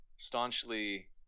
staunchly